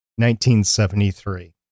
1973